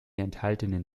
enthaltenen